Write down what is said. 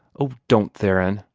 oh, don't, theron!